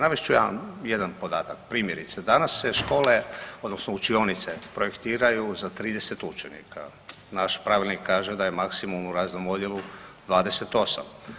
Navest ću jedan podatak, primjerice, danas se škole odnosno učionice projektiraju za 30 učenika, naš pravilnik kaže da je maksim u razrednom odjelu 28.